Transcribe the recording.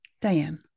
Diane